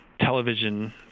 television